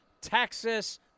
Texas